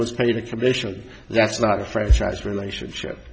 was paid a commission that's not a franchise relationship